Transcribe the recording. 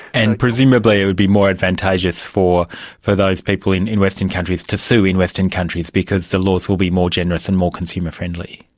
and presumably it will be more advantageous for for those people in in western countries to sue in western countries because the laws will be more generous and more consumer-friendly.